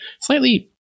slightly